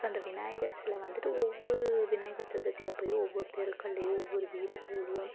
so அந்த விநாயகர் சிலை வந்துட்டு ஒவ்வொரு விநாயகர் சதுர்த்தி அப்போயும் ஒவ்வொரு தெருக்கள்லேயும் ஒவ்வொரு வீடுகள்லேயும்